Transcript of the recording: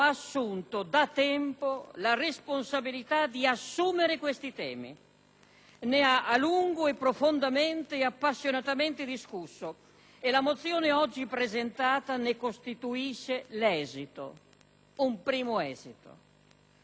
ne ha a lungo profondamente e appassionatamente discusso e la mozione oggi presentata ne costituisce l'esito, un primo esito. Una discussione che ha assunto il dialogo tra laici e cattolici